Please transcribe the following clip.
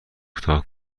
کوتاه